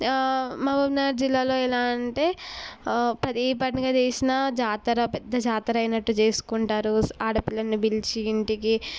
మహబూబ్నగర్ జిల్లాలో ఎలా అంటే ఏ పండగ చేసిన జాతర పెద్ద జాతర అయినట్టు చేసుకుంటారు ఆడపిల్లని పిలిచి ఇంటికి